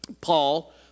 Paul